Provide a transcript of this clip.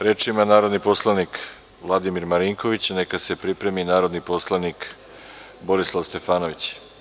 Reč ima narodni poslanik Vladimir Marinković, a neka se pripremi narodni poslanik Borislav Stefanović.